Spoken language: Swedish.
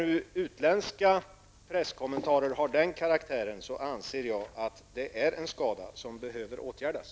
När utländska presskommentarer har den kraktären anser jag att det har skett en skada som behöver åtgärdas.